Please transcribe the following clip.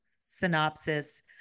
synopsis